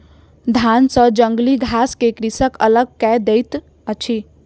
धान सॅ जंगली घास के कृषक अलग कय दैत अछि